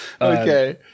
okay